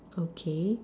okay